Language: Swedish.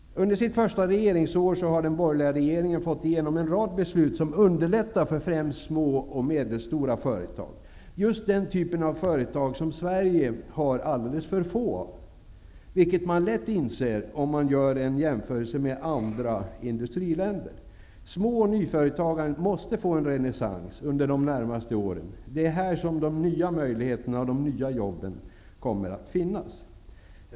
Under sitt första regeringsår har den borgerliga regeringen fått igenom en rad beslut som underlättar för främst små och medelstora företag -- just den typ av företag som Sverige har alldeles för få av, vilket man lätt inser om man gör en jämförelse med andra industriländer. Små och nyföretagandet måste få en renässans under de närmaste åren. Det är här som de nya möjligheterna och de nya jobben kommer att finnas.